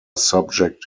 subject